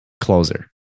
closer